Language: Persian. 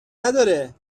نداره